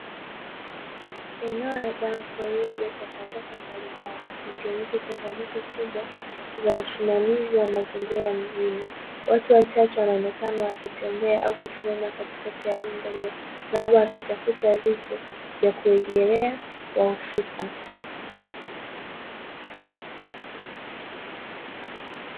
Eneo la dampo lililojaa takataka mbalimbali likionyesha changamoto kubwa za usimamizi wa mazingira mjini, watu wachache wanaonekana wakitembea au kusimama katikati ya rundo hilo wakitafuta vitu vya kurejelea wahusika.